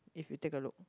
if we take a look